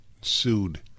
sued